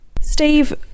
Steve